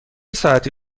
ساعتی